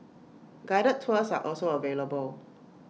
guided tours are also available